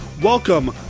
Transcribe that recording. Welcome